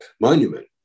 monument